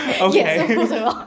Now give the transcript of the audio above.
Okay